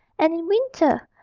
and in winter,